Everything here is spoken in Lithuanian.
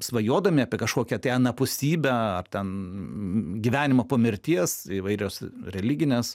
svajodami apie kažkokią tai anapusybę ar ten gyvenimą po mirties įvairios religinės